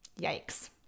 Yikes